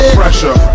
pressure